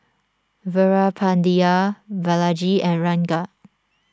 Veerapandiya Balaji and Ranga